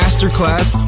Masterclass